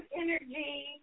energy